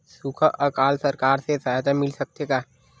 सुखा अकाल सरकार से सहायता मिल सकथे का?